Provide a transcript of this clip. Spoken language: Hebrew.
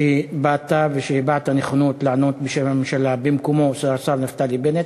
על כך שבאת ושהבעת נכונות לענות בשם הממשלה במקום השר נפתלי בנט.